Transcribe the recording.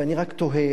ואני רק תוהה,